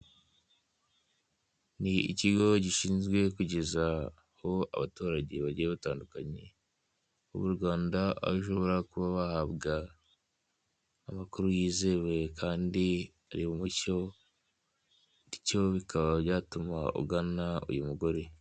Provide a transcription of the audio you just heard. Ni ikigo gishinzwe kugezaho abaturage bagiye batandukanye b'u Rwanda aho ushobora kuba wahabwa amakuru yizewe kandi ari mu mucyo bityo bikaba byatuma ugana uyu mugore.